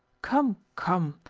come, come!